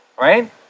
right